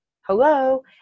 Hello